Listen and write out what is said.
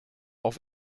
auf